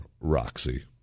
Roxy